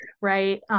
right